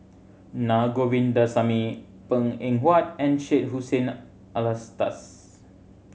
Na Govindasamy Png Eng Huat and Syed Hussein Alatas